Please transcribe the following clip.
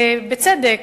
בצדק,